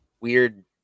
weird